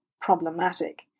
problematic